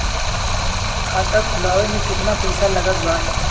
खाता खुलावे म केतना पईसा लागत बा?